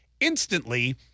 instantly